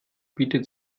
bietet